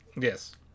Yes